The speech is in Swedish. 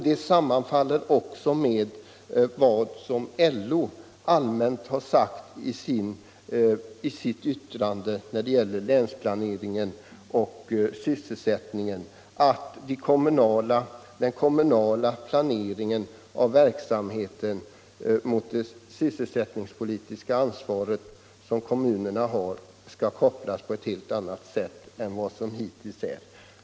Det sammanfaller med vad LO har sagt i sitt yttrande när det gäller länsplaneringen och sysselsättningen, att kommunerna på ett helt annat sätt än f. n. måste ta det sysselsättningspolitiska ansvaret vid den kommunala planeringen av verksamheten.